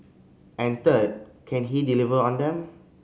and third can he deliver on them